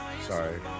Sorry